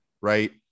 right